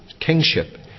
kingship